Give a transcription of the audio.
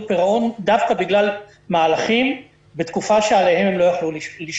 פירעון דווקא בגלל מהלכים בתקופה שעליהם הם לא יכלו לשלוט.